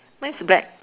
mine's black